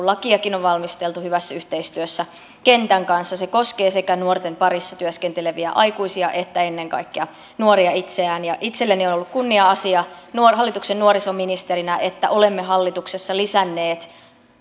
lakiakin on valmisteltu hyvässä yhteistyössä kentän kanssa sehän koskee sekä nuorten parissa työskenteleviä aikuisia että ennen kaikkea nuoria itseään itselleni on ollut kunnia asia hallituksen nuorisoministerinä että olemme hallituksessa lisänneet